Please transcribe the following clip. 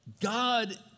God